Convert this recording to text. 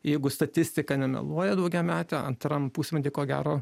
jeigu statistika nemeluoja daugiametė antram pusmetį ko gero